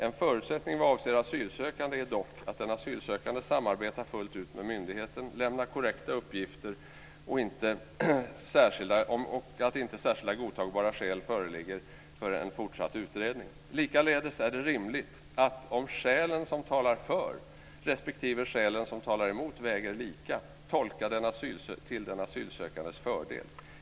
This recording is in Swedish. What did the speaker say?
En förutsättning vad avser asylsökande är dock att den asylsökande samarbetat fullt ut med myndigheten, lämnat korrekta uppgifter och att inte särskilda och godtagbara skäl för fortsatt utredning faktiskt föreligger. Likaledes är det rimligt att, om skälen som talar för respektive emot väger lika, tolka till den asylsökandes fördel.